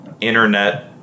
internet